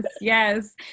yes